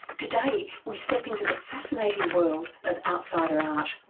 today we step into the fascinating world of outsider art.